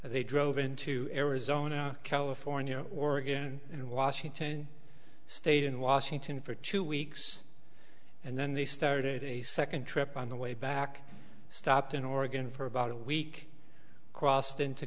february they drove into arizona california oregon and washington state in washington for two weeks and then they started a second trip on the way back stopped in oregon for about a week crossed into